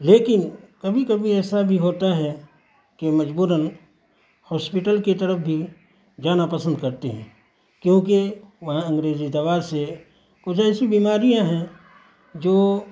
لیکن کبھی کبھی ایسا بھی ہوتا ہے کہ مجبوراً ہاسپیٹل کے طرف بھی جانا پسند کرتے ہیں کیونکہ وہاں انگریزی دوا سے کچھ ایسی بیماریاں ہیں جو